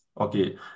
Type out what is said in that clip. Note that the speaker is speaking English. Okay